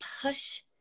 push